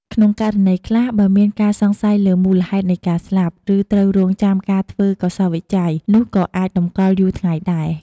ក្នុងករណីខ្លះ បើមានការសង្ស័យលើមូលហេតុនៃការស្លាប់ ឬត្រូវរង់ចាំការធ្វើកោសល្យវិច័យ នោះក៏អាចតម្កល់យូរថ្ងៃដែរ។